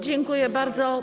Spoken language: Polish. Dziękuję bardzo.